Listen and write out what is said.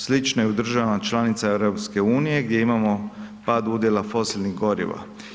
Slično je i u državama članicama EU gdje imamo pad udjela fosilnih goriva.